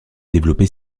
développé